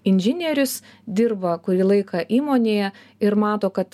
inžinierius dirba kurį laiką įmonėje ir mato kad